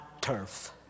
turf